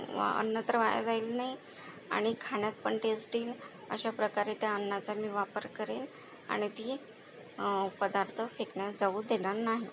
अन्न तर वाया जाईल नाही आणि खाण्यात पण टेस्ट येईल अशाप्रकारे त्या अन्नाचा मी वापर करेल आणि ती पदार्थ फेकण्यात जाऊ देणार नाही